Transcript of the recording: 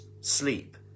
sleep